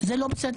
לא בסדר.